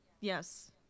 yes